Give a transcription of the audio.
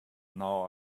now